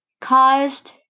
caused